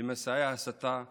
למסעי ההסתה והשיסוי.